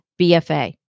BFA